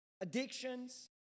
addictions